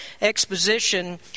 exposition